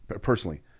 personally